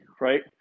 right